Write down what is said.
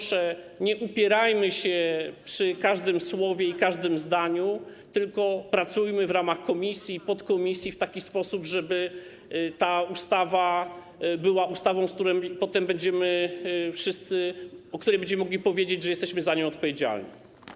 Proszę, nie upierajmy się przy każdym słowie i każdym zdaniu, tylko pracujmy w ramach komisji, podkomisji w taki sposób, żeby ta ustawa była ustawą, o której potem wszyscy będziemy mogli powiedzieć, że jesteśmy za nią odpowiedzialni.